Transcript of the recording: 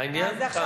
העניין תם.